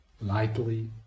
Lightly